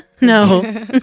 No